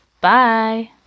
Bye